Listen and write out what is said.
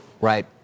Right